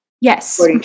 yes